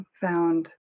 found